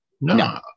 No